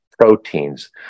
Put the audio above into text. proteins